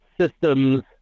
systems